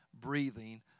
breathing